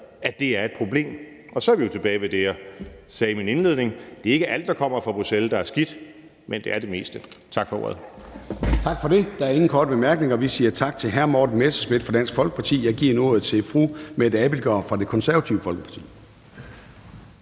at det er et problem. Og så er vi jo tilbage ved det, jeg sagde i min indledning: Det er ikke alt, der kommer fra Bruxelles, der er skidt, men det er det meste. Tak for ordet. Kl. 13:13 Formanden (Søren Gade): Tak for det. Der er ingen korte bemærkninger. Vi siger tak til hr. Morten Messerschmidt fra Dansk Folkeparti. Jeg giver nu ordet til fru Mette Abildgaard fra Det Konservative Folkeparti.